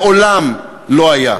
מעולם, לא היה.